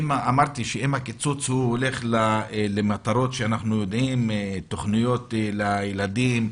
אמרתי שאם הקיצוץ הולך למטרות שהן תוכניות לילדים,